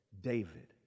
David